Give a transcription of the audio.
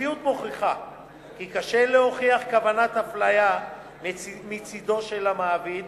המציאות מוכיחה כי קשה להוכיח כוונת אפליה מצדו של המעביד.